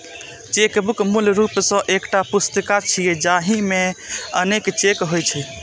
chequebook मूल रूप सं एकटा पुस्तिका छियै, जाहि मे अनेक चेक होइ छै